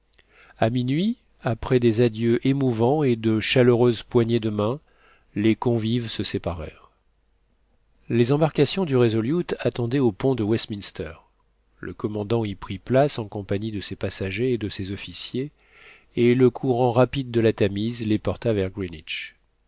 a minuit après des adieux émouvants et de chaleureuses poignées de mains les convives se séparèrent les embarcations du resolute attendaient au pont de westminster le commandant y prit place en compagnie de ses passagers et de ses officiers et le courant rapide de la tamise les porta vers greenwich